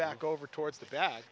back over towards the ba